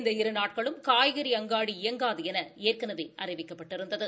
இந்த இரு நாட்களும் காய்கறி அங்காடி இயங்காது என ஏற்கனவே அறிவிக்கப்பட்டிருந்தது